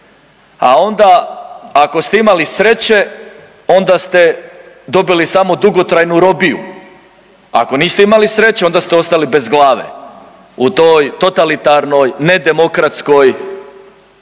a onda ako ste imali sreće onda ste dobili samo dugotrajnu robiju, ako niste imali sreće onda ste ostali bez glave u toj totalitarnoj nedemokratskoj